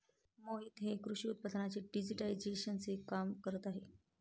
मोहित हे कृषी उत्पादनांच्या डिजिटायझेशनचे काम करत आहेत